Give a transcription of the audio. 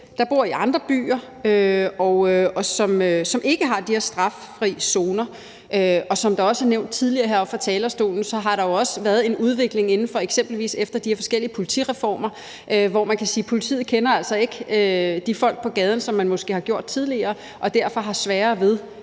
der bor i andre byer, og som ikke har de her straffri zoner. Som det også er nævnt tidligere heroppe fra talerstolen, har der jo efter de her forskellige politireformer været en udvikling, som har betydet, at politiet altså ikke kender de folk på gaden, som man måske har gjort tidligere, og derfor har sværere ved